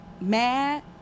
mad